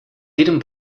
jedem